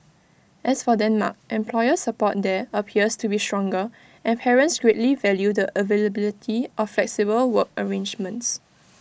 as for Denmark employer support there appears to be stronger and parents greatly value the availability of flexible work arrangements